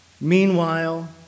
Meanwhile